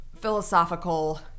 philosophical